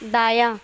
دایاں